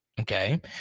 Okay